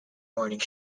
morning